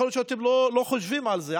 יכול להיות שאתם לא חושבים על זה,